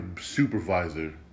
supervisor